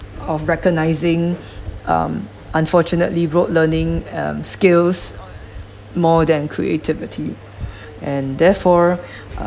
of recognising um unfortunately rote learning um skills more than creativity and therefore